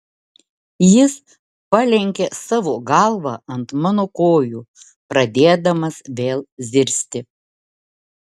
jis palenkė savo galvą ant mano kojų pradėdamas vėl zirzti